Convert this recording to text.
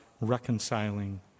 reconciling